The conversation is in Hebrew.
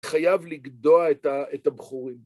חייב לגדוע את הבחורים.